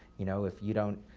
you know if you don't